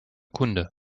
kunde